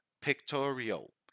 pictorial